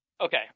Okay